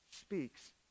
speaks